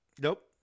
Nope